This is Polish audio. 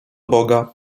boga